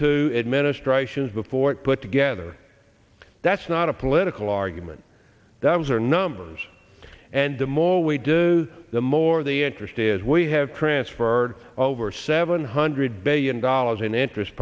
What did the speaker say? two administrations before it put together that's not a political argument that was our numbers and the more we do the more the interest is we have transferred over seven hundred billion dollars in interest